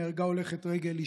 נהרגה הולכת רגל,